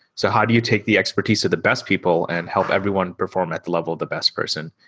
so how do you take the expertise of the best people and help everyone perform at level the best person?